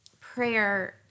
Prayer